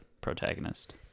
protagonist